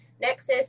nexus